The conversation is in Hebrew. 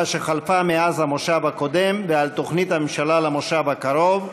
שחלפה מאז המושב הקודם ועל תוכניות הממשלה למושב הקרוב.